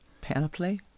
Panoply